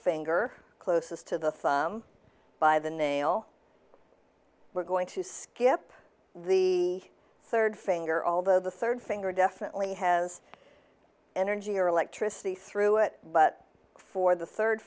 finger closest to the thumb by the nail we're going to skip the third finger although the third finger definitely has energy or electricity through it but for the third